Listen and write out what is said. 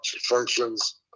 functions